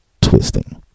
Twisting